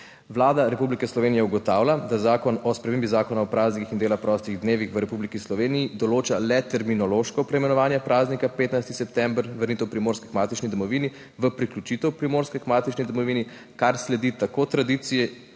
Vlada Republike Slovenije ugotavlja, da Zakon o spremembi Zakona o praznikih in dela prostih dnevih v Republiki Sloveniji določa le terminološko preimenovanje praznika 15. september, vrnitev Primorske k matični domovini v priključitev Primorske k matični domovini, kar sledi tako tradiciji